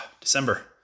December